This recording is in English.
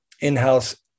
in-house